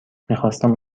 میخواستم